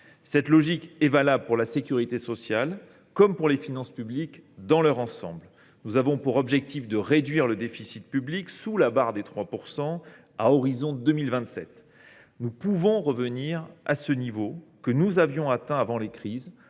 Cette logique est valable pour la sécurité sociale comme pour les finances publiques dans leur ensemble. Nous avons pour objectif de ramener le déficit public sous la barre des 3 % à horizon de 2027. Nous pouvons revenir à ce niveau, que nous avions atteint avant les crises,